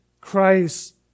Christ